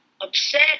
upset